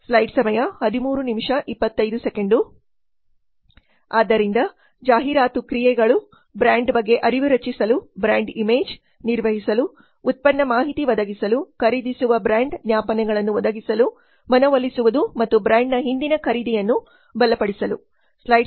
ಆದ್ದರಿಂದ ಜಾಹಿರಾತು ಕ್ರಿಯೆಗಳು ಬ್ರಾಂಡ್ ಬಗ್ಗೆ ಅರಿವು ರಚಿಸಲು ಬ್ರ್ಯಾಂಡ್ ಇಮೇಜ್ ನಿರ್ವಹಿಸಲು ಉತ್ಪನ್ನ ಮಾಹಿತಿ ಒದಗಿಸಲು ಖರೀದಿಸುವ ಬ್ರ್ಯಾಂಡ್ ಜ್ಞಾಪನೆಗಳನ್ನು ಒದಗಿಸಲು ಮನವೊಲಿಸುವುದು ಮತ್ತು ಬ್ರಾಂಡ್ ನ ಹಿಂದಿನ ಖರೀದಿಯನ್ನು ಬಲಪಡಿಸಲು